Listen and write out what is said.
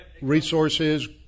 Resources